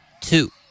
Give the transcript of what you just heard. two